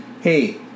hey